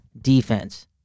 defense